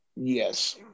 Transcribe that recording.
Yes